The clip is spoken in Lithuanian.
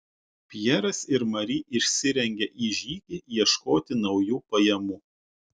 pjeras ir mari išsirengė į žygį ieškoti naujų pajamų